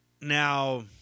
Now